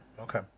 Okay